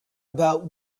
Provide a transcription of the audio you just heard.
about